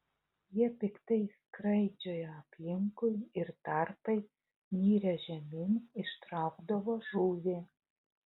jie piktai skraidžiojo aplinkui ir tarpais nirę žemyn ištraukdavo žuvį